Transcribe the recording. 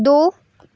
दो